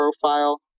profile